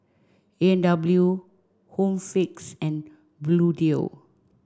A and W Home Fix and Bluedio